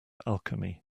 alchemy